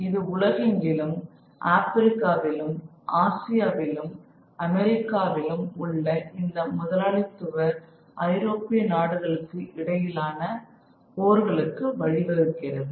இது உலகெங்கிலும் ஆப்பிரிக்காவிலும் ஆசியாவிலும் அமெரிக்காவிலும் உள்ள இந்த முதலாளித்துவ ஐரோப்பிய நாடுகளுக்கு இடையிலான போர்களுக்கு வழிவகுக்கிறது